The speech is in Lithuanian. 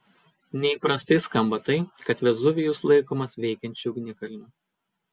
neįprastai skamba tai kad vezuvijus laikomas veikiančiu ugnikalniu